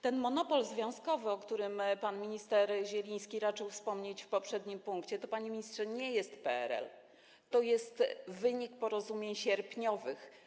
Ten monopol związkowy, o którym pan minister Zieliński raczył wspomnieć w poprzednim punkcie, to, panie ministrze, nie jest PRL, to jest wynik porozumień sierpniowych.